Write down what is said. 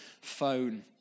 phone